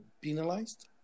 penalized